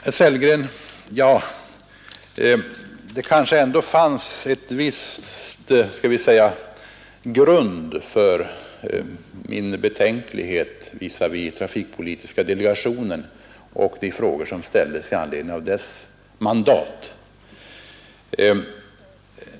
Herr Sellgren, det kanske ändå fanns en viss skall vi säga grund för min betänklighet visavi trafikpolitiska delegationen och de frågor som ställdes i anledning av dess mandat.